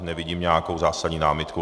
Nevidím nějakou zásadní námitku.